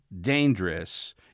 dangerous